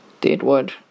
deadwood